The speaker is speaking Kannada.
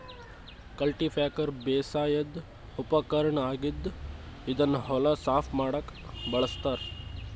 ಕಲ್ಟಿಪ್ಯಾಕರ್ ಬೇಸಾಯದ್ ಉಪಕರ್ಣ್ ಆಗಿದ್ದ್ ಇದನ್ನ್ ಹೊಲ ಸಾಫ್ ಮಾಡಕ್ಕ್ ಬಳಸ್ತಾರ್